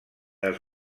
els